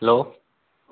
hello